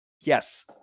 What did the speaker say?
Yes